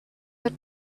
the